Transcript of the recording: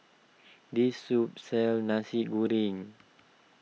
this soup sells Nasi Goreng